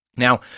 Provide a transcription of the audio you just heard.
Now